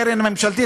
הקרן הממשלתית,